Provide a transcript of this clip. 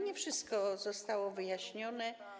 Nie wszystko zostało wyjaśnione.